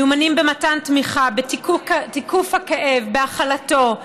מיומנים במתן תמיכה, בתיקוף הכאב ובהכלתו.